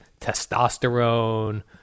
testosterone